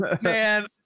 Man